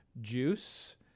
juice